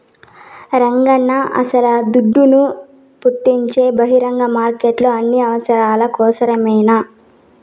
రంగన్నా అస్సల దుడ్డును పుట్టించే బహిరంగ మార్కెట్లు అన్ని అవసరాల కోసరమేనన్నా